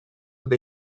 with